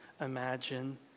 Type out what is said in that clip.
imagine